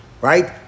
right